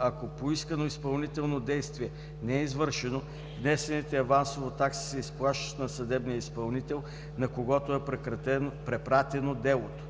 Ако поискано изпълнително действие не е извършено, внесените авансово такси се изплащат на съдебния изпълнител, на когото е препратено делото.